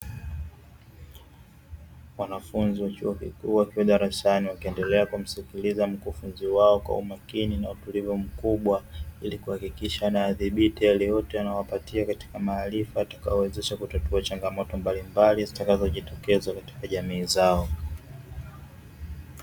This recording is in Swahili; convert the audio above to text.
Wanafunzi wa chuo kikuu, wakiwa darasani wakiendelea kumsikiliza mkufunzi wao kwa umakini na utulivu mkubwa, ili kuhakikisha anayadhibiti yale yote anayowapatia katika maarifa, yatakayowawezasha kutatua changamoto mbalimbali zitakazojitokeza katika jamii zao.